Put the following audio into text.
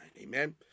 amen